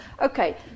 Okay